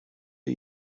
him